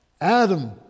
Adam